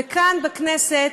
וכאן, בכנסת,